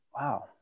Wow